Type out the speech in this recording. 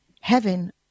heaven